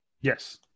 Yes